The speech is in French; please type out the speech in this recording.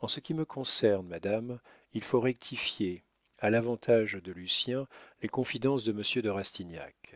en ce qui me concerne madame il faut rectifier à l'avantage de lucien les confidences de monsieur de rastignac